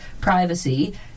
privacy